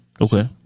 Okay